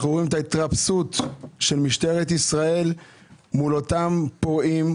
רואים את ההתרפסות של משטרת ישראל מול אותם פורעים,